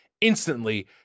instantly